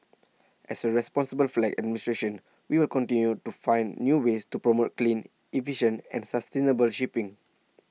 as A responsible flag administration we will continue to find new ways to promote clean efficient and sustainable shipping